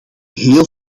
heel